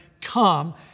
come